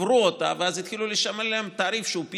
עברו אותה ואז התחילו לשלם תעריף שהוא יקר יותר,